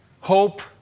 hope